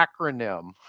acronym